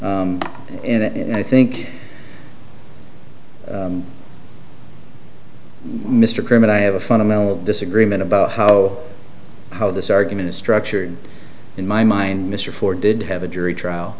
it and i think mr criminal i have a fundamental disagreement about how how this argument is structured in my mind mr ford did have a jury